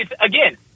again